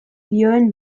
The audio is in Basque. dioen